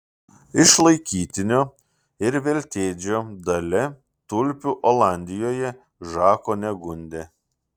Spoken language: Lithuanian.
išlaikytinio ir veltėdžio dalia tulpių olandijoje žako negundė